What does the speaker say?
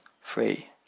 free